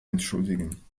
entschuldigen